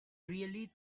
really